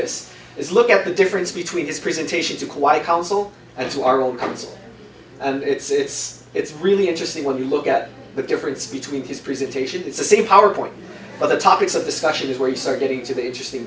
this is look at the difference between his presentation to quite counsel and to our old counsel and it's it's really interesting when you look at the difference between his presentation it's the same power point of the topics of discussion is where you start getting to the interesting